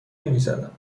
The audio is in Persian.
نمیزدم